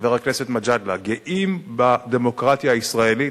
חבר הכנסת מג'אדלה, גאים, בדמוקרטיה הישראלית,